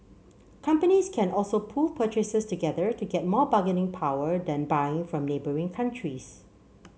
companies can also pool purchases together to get more bargaining power then buying from neighbouring countries